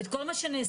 את כל מה שנעשה,